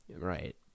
Right